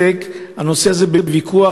והנושא הזה בצדק בוויכוח,